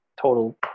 total